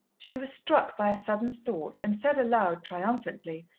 she was struck by a sudden thought and said aloud, triumphantly,